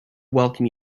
welcome